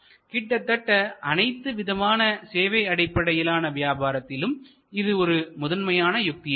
கிட்டத்தட்ட அனைத்து விதமான சேவை அடிப்படையிலான வியாபாரத்திலும் இது ஒரு முதன்மையான யுக்தி ஆகும்